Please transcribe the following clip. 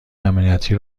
امنیتی